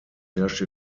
herrschte